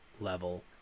level